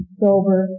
sober